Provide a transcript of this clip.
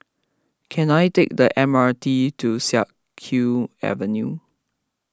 can I take the M R T to Siak Kew Avenue